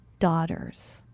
daughters